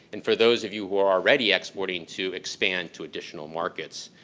and for those of you who are already exporting to expand to additional markets,